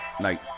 Night